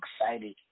excited